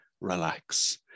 relax